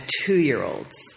two-year-olds